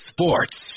Sports